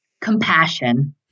compassion